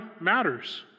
matters